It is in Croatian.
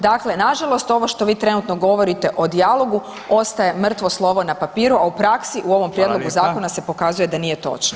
Dakle, nažalost ovo što vi trenutno govorite o dijalogu, ostaje mrtvo slovo na papiru a u praksi u ovom prijedlogu zakona se pokazuje da nije točno.